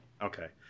Okay